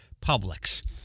Publix